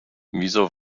wieso